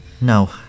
No